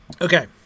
Okay